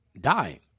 dying